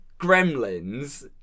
Gremlins